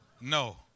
no